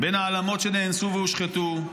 בין העלמות שנאנסו והושחתו,